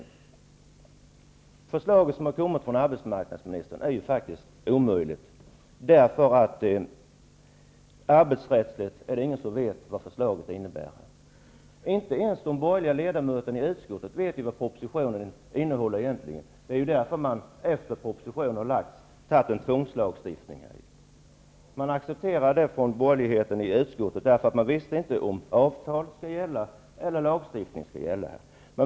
Det förslag som kommit från arbetsmarknadsministern är omöjligt, eftersom ingen vet vad förslaget innebär arbetsrättsligt. Inte ens de borgerliga ledamöterna i utskottet vet vad propositionen egentligen innehåller. Det är därför man efter det att propositionen har lagts fram har föreslagit en tvångslagstiftning. De borgerliga i utskottet accepterade detta, eftersom man inte visste om avtal eller lagstiftning skall gälla.